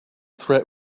threat